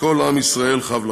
שכל עם ישראל חב לכם.